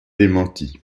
démenti